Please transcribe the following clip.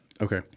Okay